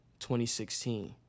2016